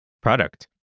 Product